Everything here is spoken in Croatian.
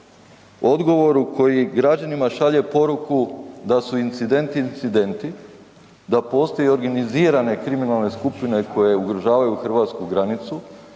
odgovoru koji građanima šalje poruku da su incidenti incidenti, da postoje organizirane kriminalne skupine koje ugrožavaju hrvatsku granicu